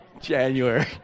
January